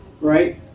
right